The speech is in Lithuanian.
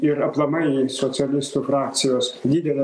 ir aplamai socialistų frakcijos lyderio